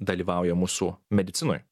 dalyvauja mūsų medicinoj